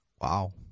Wow